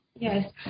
yes